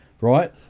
right